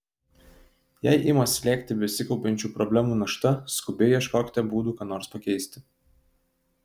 jei ima slėgti besikaupiančių problemų našta skubiai ieškokite būdų ką nors pakeisti